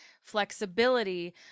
flexibility